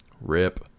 rip